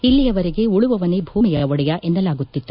ಇಲ್ಲಿಯವರೆಗೆ ಉಳುವವನೇ ಭೂಮಿಯ ಒಡೆಯ ಎನ್ನಲಾಗುತ್ತಿತ್ತು